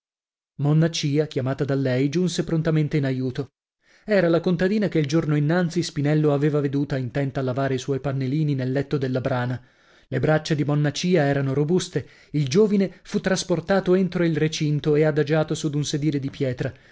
monna cia chiamata da lei giunse prontamente in aiuto era la contadina che il giorno innanzi spinello aveva veduta intenta a lavare i suoi pannilini nel letto della brana le braccia di monna cia erano robuste il giovine fu trasportato entro il recinto e adagiato su d'un sedile di pietra